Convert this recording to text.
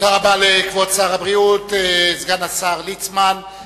תודה רבה לכבוד שר הבריאות, סגן השר ליצמן.